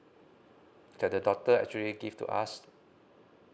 the the doctor actually give to us